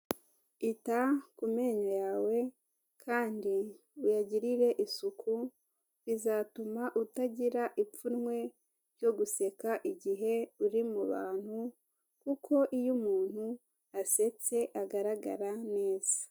Ita ku menyo yawe kandi uyagirire isuku, bizatuma utagira ipfunwe ryo guseka igihe uri mu bantu, kuko iyo umuntu asetse agaragara neza.